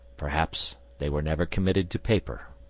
perhaps they were never committed to paper.